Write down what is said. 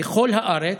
בכל הארץ,